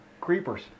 creepers